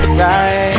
right